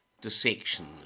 dissection